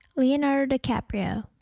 leonardo dicaprio